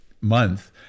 month